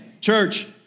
Church